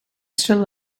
still